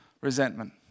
Resentment